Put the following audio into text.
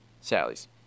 sally's